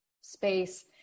space